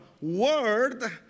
word